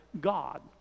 God